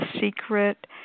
Secret